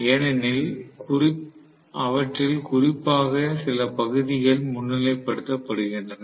ஏனெனில் அவற்றில் குறிப்பாக சில பகுதிகள் முன்னிலைப் படுத்தப்படுகின்றன